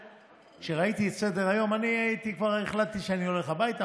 כשראיתי את סדר-היום החלטתי שאני הולך הביתה,